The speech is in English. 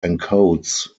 encodes